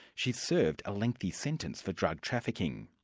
she served a lengthy sentence for drug trafficking.